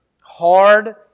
hard